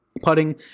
putting